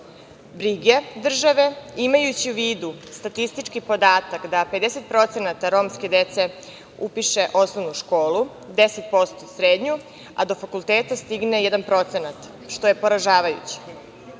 brige države, imajući u vidu statistički podatak da 50% romske dece upiše osnovnu školu, 10% srednju, a do fakulteta stigne 1%, što je poražavajuće,